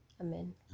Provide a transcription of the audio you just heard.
Amen